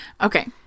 Okay